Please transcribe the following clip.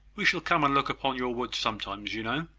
we shall come and look upon your woods sometimes, you know.